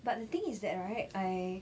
but the thing is that right I